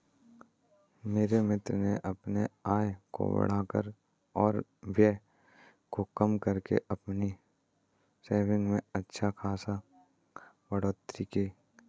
मेरे मित्र ने अपने आय को बढ़ाकर और व्यय को कम करके अपनी सेविंग्स में अच्छा खासी बढ़ोत्तरी की